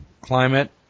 climate